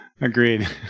Agreed